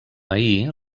ahir